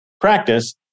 practice